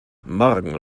morgen